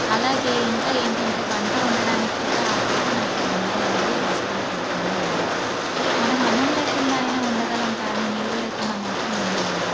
అలాగే ఇంకా ఏంటంటే వంట వండటానికి కూడా ఆఖరికి నాకు ఆ నీరు అనేది అవసరం పడుతూనే ఉండేది మనం అన్నం లేకుండా అయినా ఉండగలం కానీ నీరు లేకుండా మాత్రం ఉండలేము